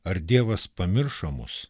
ar dievas pamiršo mus